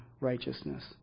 righteousness